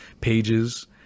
pages